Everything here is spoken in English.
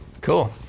Cool